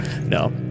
No